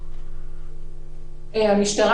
המשטרה?